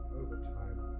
overtime